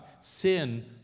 Sin